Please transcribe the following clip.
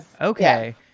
Okay